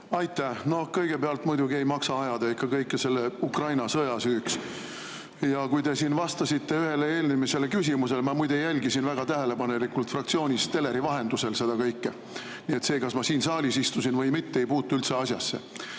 Aitäh! Kõigepealt, muidugi ei maksa ajada kõike Ukraina sõja süüks. Kui te vastasite ühele eelmisele küsimusele – ma muide jälgisin väga tähelepanelikult fraktsioonist teleri vahendusel seda kõike, nii et see, kas ma siin saalis istusin või mitte, ei puutu üldse asjasse